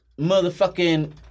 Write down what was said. motherfucking